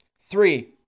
Three